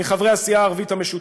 מחברי הסיעה הערבית המשותפת.